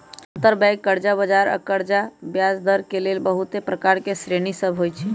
अंतरबैंक कर्जा बजार मे कर्जा आऽ ब्याजदर के लेल बहुते प्रकार के श्रेणि सभ होइ छइ